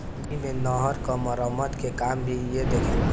गर्मी मे नहर क मरम्मत के काम भी इहे देखेला